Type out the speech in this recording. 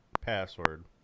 password